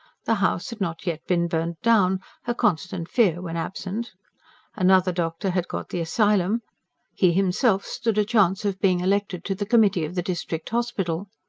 the house had not yet been burnt down her constant fear, when absent another doctor had got the asylum he himself stood a chance of being elected to the committee of the district hospital.